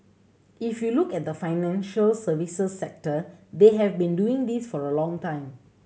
if you look at the financial services sector they have been doing this for a long time